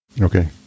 Okay